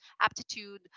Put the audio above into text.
aptitude